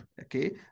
okay